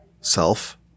self